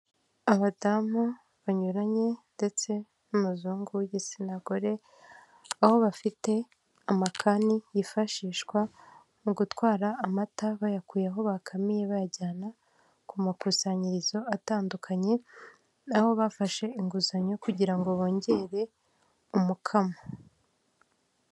Abadamu banyuranye ndetse n'umuzungu w'igitsina gore, aho bafite amakani yifashishwa mu gutwara amata bayakuye aho bakamiye bayajyana ku makusanyirizo atandukanye, aho bafashe inguzanyo kugira ngo bongere umukamo.